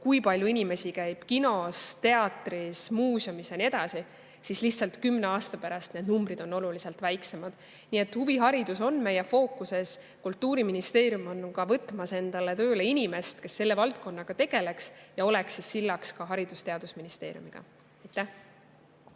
kui palju inimesi käib kinos, teatris, muuseumis ja nii edasi –, siis lihtsalt 10 aasta pärast need numbrid on oluliselt väiksemad. Nii et huviharidus on meie fookuses. Kultuuriministeerium võtab endale tööle inimese, kes selle valdkonnaga tegeleks ja oleks sillaks ka Haridus‑ ja Teadusministeeriumiga. Aitäh!